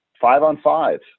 five-on-five